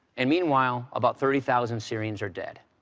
and meanwhile about thirty thousand syrians are dead.